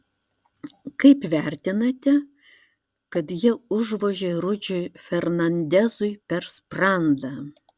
kaip vertinate kad jie užvožė rudžiui fernandezui per sprandą